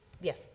yes